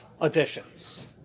additions